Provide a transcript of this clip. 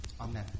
Amen